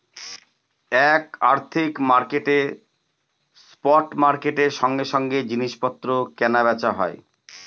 এক আর্থিক মার্কেটে স্পট মার্কেটের সঙ্গে সঙ্গে জিনিস পত্র কেনা বেচা হয়